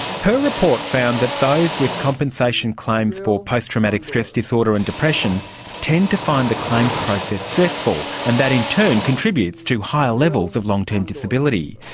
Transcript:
her report found that those with compensation claims for post-traumatic stress disorder and depression tend to find the claims process stressful, and that in turn contributes to higher levels of long-term disability.